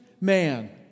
man